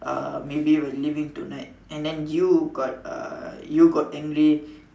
uh maybe we're leaving tonight and then you got uh you got angry